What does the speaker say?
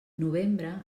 novembre